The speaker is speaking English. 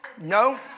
No